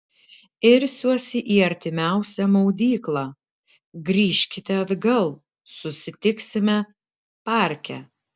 irsiuosi į artimiausią maudyklą grįžkite atgal susitiksime parke